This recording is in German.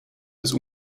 des